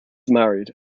married